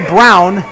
Brown